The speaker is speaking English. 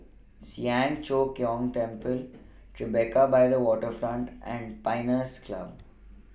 Siang Cho Keong Temple Tribeca By The Waterfront and Pines Club